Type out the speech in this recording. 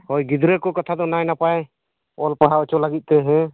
ᱦᱳᱭ ᱜᱤᱫᱽᱨᱟᱹ ᱠᱚ ᱠᱟᱛᱷᱟ ᱫᱚ ᱱᱟᱭ ᱱᱟᱯᱟᱭ ᱚᱞ ᱯᱟᱲᱦᱟᱣ ᱦᱚᱪᱚ ᱞᱟᱹᱜᱤᱫ ᱛᱮᱦᱚᱸ